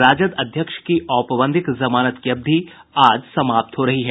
राजद अध्यक्ष की औपबंधिक जमानत की अवधि आज समाप्त हो रही है